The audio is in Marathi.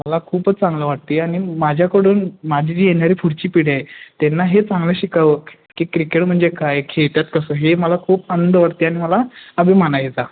मला खूपच चांगलं वाटते आणि माझ्याकडून माझी जी येणारी पुढची पिढी आहे त्यांना हे चांगलं शिकावं की क्रिकेट म्हणजे काय खेळतात कसं हे मला खूप आनंद वाटते आणि मला अभिमान आहे याचा